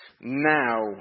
Now